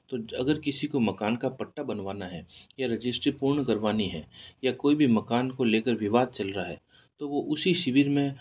तो अगर किसी को मकान का पट्टा बनवाना है या रजिस्ट्री पूर्ण करवानी है या कोई भी मकान को लेकर विवाद चल रहा है तो वो उसी शिविर में